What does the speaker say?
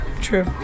True